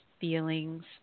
feelings